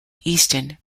easton